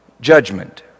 judgment